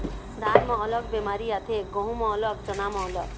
धान म अलग बेमारी आथे, गहूँ म अलग, चना म अलग